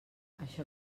això